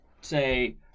say